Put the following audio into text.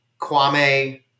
Kwame